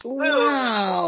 wow